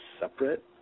separate